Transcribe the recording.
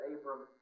Abram